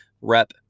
rep